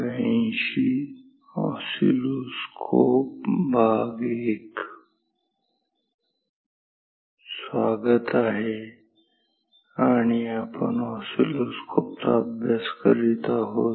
oscilloscope- II स्वागत आहे आणि आपण ऑसिलोस्कोप चा अभ्यास करीत आहोत